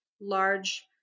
large